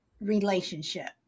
relationship